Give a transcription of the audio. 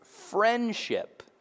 friendship